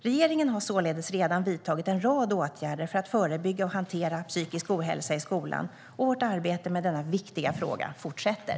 Regeringen har således redan vidtagit en rad åtgärder för att förebygga och hantera psykisk ohälsa i skolan, och vårt arbete med denna viktiga fråga fortsätter.